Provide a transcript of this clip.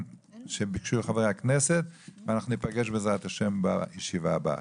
שביקשו חברי הכנסת ואנחנו ניפגש בעזרת השם בישיבה הבאה.